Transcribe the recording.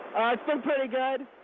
it's been pretty good,